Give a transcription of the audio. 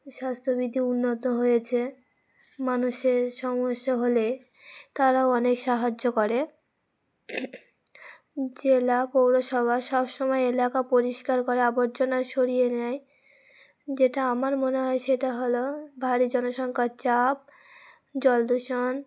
স্বাস্থ্যবিধি উন্নত হয়েছে মানুষের সমস্যা হলে তারাও অনেক সাহায্য করে জেলা পৌরসভা সবসময় এলাকা পরিষ্কার করে আবর্জনা সরিয়ে নেয় যেটা আমার মনে হয় সেটা হলো ভারী জনসংখ্যার চাপ জলদূষণ